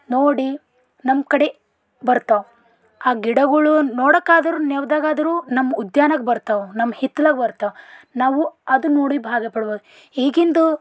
ನೋಡಿ ನಮ್ಮ ಕಡೆ ಬರ್ತಾವೆ ಆ ಗಿಡಗಳು ನೋಡೋಕ್ಕಾದ್ರೂ ನೆವದಾಗಾದ್ರೂ ನಮ್ಮ ಉದ್ಯಾನಕ್ಕೆ ಬರ್ತವೆ ನಮ್ಮ ಹಿತ್ಲಿಗೆ ಬರ್ತವೆ ನಾವು ಅದನ್ನು ನೋಡಿ ಭಾಗ ಪಡ್ಬೋದು ಈಗಿನದು